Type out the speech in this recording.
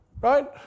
right